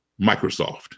Microsoft